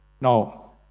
Now